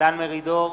דן מרידור,